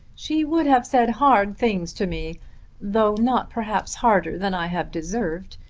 she would have said hard things to me though not perhaps harder than i have deserved.